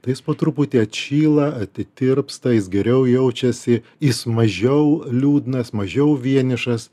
tai jis po truputį atšyla atitirpsta jis geriau jaučiasi jis mažiau liūdnas mažiau vienišas